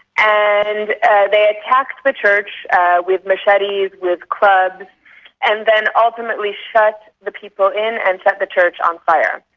and they attacked the church with machetes, with clubs and then ultimately shut the people in and set the church on fire.